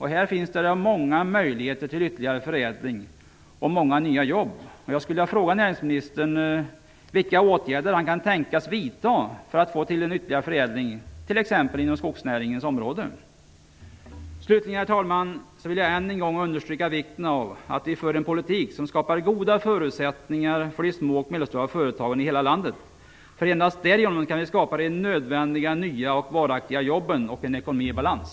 Här finns många möjligheter till ytterligare förädling och många nya jobb. Jag skulle vilja fråga näringsministern vilka åtgärder han kan tänkas vidta för att få till stånd ytterligare förädling t.ex. inom skogsnäringens område. Slutligen, herr talman, vill jag än en gång understryka vikten av att vi för en politik som skapar goda förutsättningar för de små och medelstora företagen i hela landet. Endast därigenom kan vi skapa de nödvändiga, nya och varaktiga jobben och en ekonomi i balans.